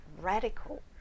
radical